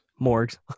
Morgs